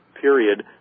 period